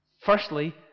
Firstly